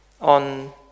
on